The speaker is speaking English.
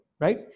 right